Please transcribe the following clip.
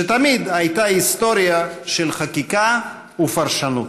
שתמיד הייתה היסטוריה של חקיקה ופרשנות.